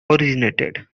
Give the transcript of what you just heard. originated